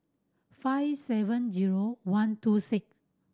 five seven zero one two six